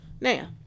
Now